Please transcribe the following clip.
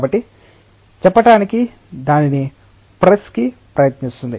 కాబట్టి చెప్పటానికి దానిని ప్రెస్ కి ప్రయత్నిస్తోంది